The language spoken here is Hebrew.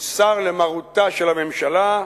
הוא סר למרותה של הממשלה.